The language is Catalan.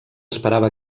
esperava